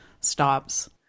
stops